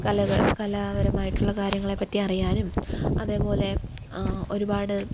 കലകൾ കലാപരമായിട്ടുള്ള കാര്യങ്ങളെപ്പറ്റി അറിയാനും അതേപോലെ ഒരുപാട്